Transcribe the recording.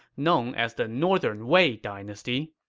known as the northern wei dynasty.